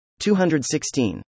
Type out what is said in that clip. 216